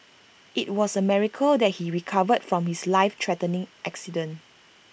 IT was A miracle that he recovered from his life threatening accident